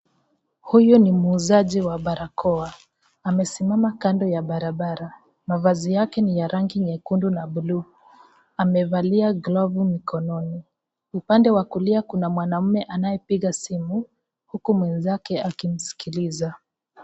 Huyo ni muuzaji wa barakoa. Amesimama kando ya barabara. Mavazi yake ni ya rangi nyekundu na buluu. Amevalia glovu mikononi. Upande wa kulia, kuna mwanaume anayepiga simu. Huku mwenzake akimsikiliza.